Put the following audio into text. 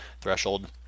threshold